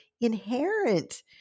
inherent